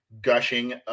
gushing